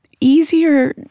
easier